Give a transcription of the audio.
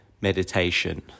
meditation